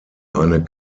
eine